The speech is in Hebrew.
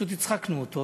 פשוט הצחקנו אותו.